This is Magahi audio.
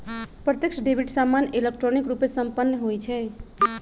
प्रत्यक्ष डेबिट सामान्य इलेक्ट्रॉनिक रूपे संपन्न होइ छइ